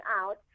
out